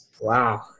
Wow